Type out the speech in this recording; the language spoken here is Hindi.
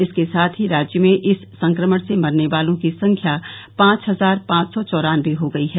इसके साथ ही राज्य में इस संक्रमण से मरने वालों की संख्या पांच हजार पांच सौ चौरानबे हो गई है